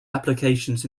applications